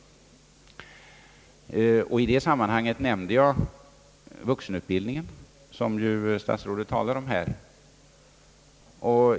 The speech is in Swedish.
I detta sammanhang nämnde jag frågan om vuxenutbildningen, som ju herr statsrådet berörde här.